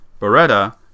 Beretta